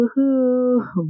Woohoo